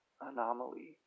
anomaly